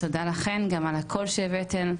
תודה לכן גם על הקול שהבאתן.